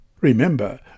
Remember